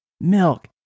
milk